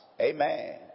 amen